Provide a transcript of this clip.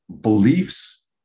beliefs